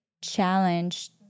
challenge